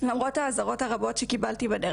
וחוויתי עוצמות שלא חוויתי מעולם.